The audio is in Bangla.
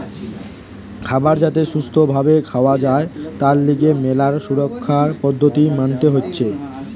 খাবার যাতে সুস্থ ভাবে খাওয়া যায় তার লিগে ম্যালা সুরক্ষার পদ্ধতি মানতে হতিছে